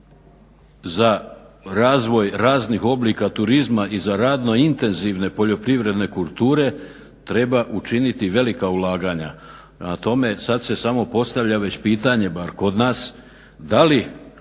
za razvoj raznih oblika turizma i za radno intenzivne poljoprivredne kulture treba učiniti velika ulaganja. Prema tome sada se već postavlja bar kod nas, da li